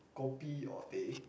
kopi or teh